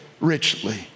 richly